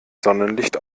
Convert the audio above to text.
sonnenlicht